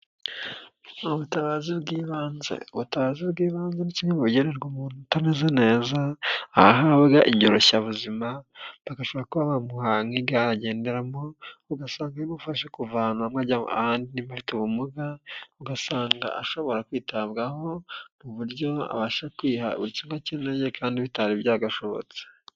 Ubutabazi bw'ibanze; ubutazi bw'ibanze ni kimwe bugenerwa umuntu utameze neza aha ahabwa inyoroshyabuzima bagashobora kuba bamuha nk'igare agenderamo, ugasanga bigufasha kuvana ahantu hamwe ajya ahandi nimba afite ubumuga, ugasanga ashobora kwitabwaho mu buryo abasha kwiha burikimwe akeneye kandi bitari byagashobotse.